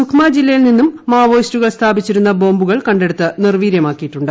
സുഖ്മ ജില്ലയിൽ നിന്നും മാവോയിസ്റ്റുകൾ സ്ഥാപിച്ചിരുന്ന ബോംബുകൾ കണ്ടെടുത്ത് നിർവീര്യമാക്കിയിട്ടുണ്ട്